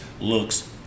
looks